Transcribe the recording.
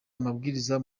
amabwiriza